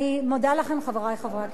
אני מודה לכם, חברי חברי הכנסת.